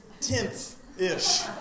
tenth-ish